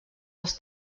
als